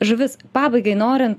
žuvis pabaigai norint